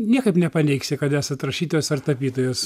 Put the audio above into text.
niekaip nepaneigsi kad esat rašytojas ar tapytojas